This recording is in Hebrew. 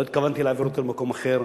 לא התכוונתי להעביר אותו למקום אחר,